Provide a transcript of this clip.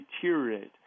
deteriorate